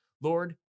Lord